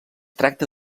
tracta